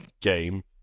game